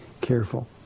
careful